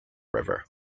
river